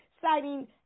citing